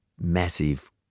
massive